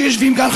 אלה שיושבים כאן,